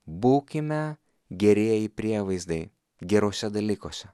būkime gerieji prievaizdai geruose dalykuose